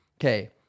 Okay